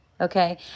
Okay